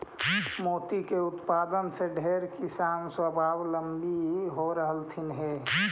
मोती के उत्पादन से ढेर किसान स्वाबलंबी हो रहलथीन हे